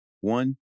one